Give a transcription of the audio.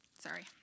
Sorry